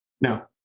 No